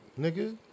nigga